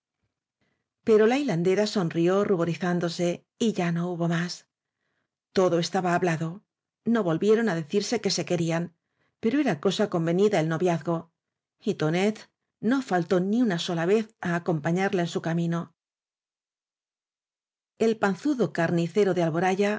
pero la hilandera sonrió ruborizándose y ya no hubo más todo estaba hablado no volvieron á de cirse que se querían pero era cosa convenida el noviazgo y tonet no faltó ni una sola vez á acompañarla en su camino el panzudo carnicero de alboraya